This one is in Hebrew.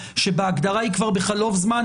שבהגדרה היא כבר בחלוף זמן,